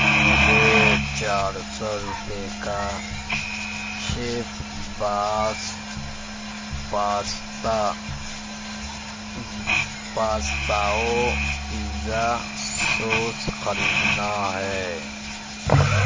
مجھے چار سو روپے کا شیف باس پاستا پاستا و پیزا سوس خریدنا ہے